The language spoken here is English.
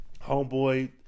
homeboy